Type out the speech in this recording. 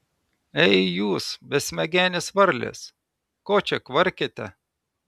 ei jūs besmegenės varlės ko čia kvarkiate